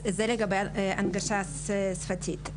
זה לגבי ההנגשה השפתית.